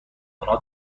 آنها